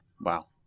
Wow